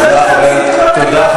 תודה,